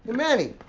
manny!